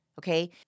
okay